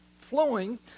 flowing